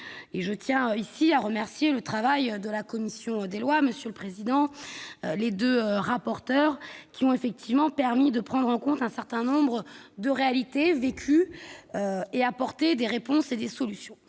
Je tiens ici à saluer le travail de la commission des lois, de son président et des deux rapporteurs, qui a permis de prendre en compte un certain nombre de réalités vécues et d'apporter des réponses et des solutions.